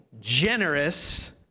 generous